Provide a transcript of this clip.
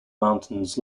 mountains